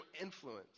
influence